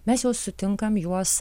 mes juos sutinkam juos